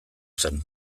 zen